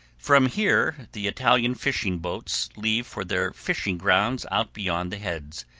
from here the italian fishing boats leave for their fishing grounds out beyond the heads,